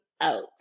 out